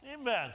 amen